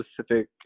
specific